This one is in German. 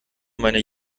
meiner